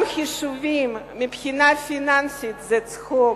גם החישובים מבחינה פיננסית זה צחוק.